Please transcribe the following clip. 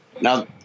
Now